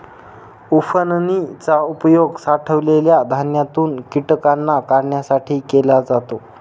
उफणनी चा उपयोग साठवलेल्या धान्यातून कीटकांना काढण्यासाठी केला जातो